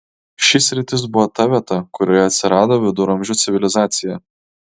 ši sritis buvo ta vieta kurioje atsirado viduramžių civilizacija